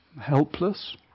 helpless